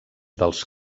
dels